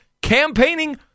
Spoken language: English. campaigning